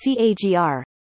CAGR